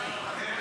מרצ